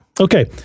Okay